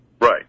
Right